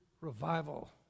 revival